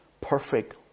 perfect